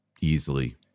easily